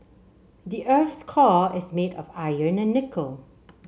the earth's core is made of iron and nickel